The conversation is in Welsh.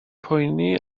poeni